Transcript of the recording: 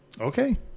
Okay